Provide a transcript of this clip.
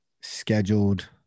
scheduled